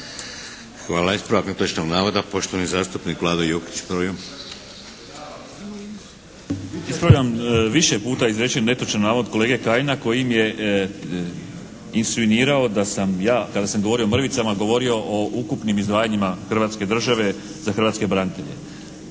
Hvala. Ispravak netočnog navoda, poštovani zastupnik Vlado Jukić, prvi. **Jukić, Vlado (HSP)** Ispravljam više puta izrečen netočan navod kolege Kajina kojim je insinuirao da sam ja kada sam govorio o mrvicama govorio o ukupnim izdvajanjima Hrvatske države za hrvatske branitelje.